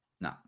no